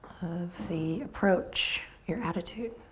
of the approach, your attitude.